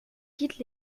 quitte